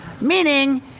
Meaning